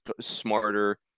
smarter